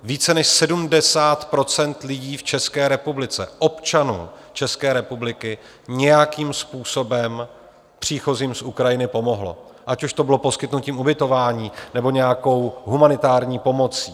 Více než 70 % lidí v České republice, občanů České republiky, nějakým způsobem příchozím z Ukrajiny pomohlo, ať už to bylo poskytnutím ubytování, nebo nějakou humanitární pomocí.